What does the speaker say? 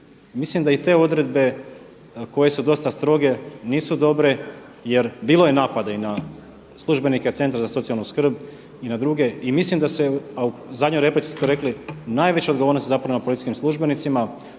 mislim da i te odredbe koje su dosta stroge nisu dobre jer bilo je napada i na službenike centra za socijalnu skrb i na druge i mislim da se, a u zadnjoj replici ste rekli najveća odgovornost je policijskim službenicima